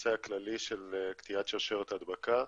נושא הכללי של קטיעת שרשרת הדבקה.